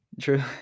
True